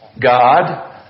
God